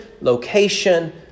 location